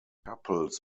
couples